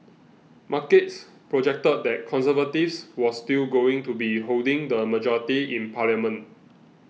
markets projected that Conservatives was still going to be holding the majority in parliament